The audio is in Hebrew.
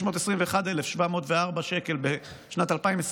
מ-621,704 שקלים בשנת 2021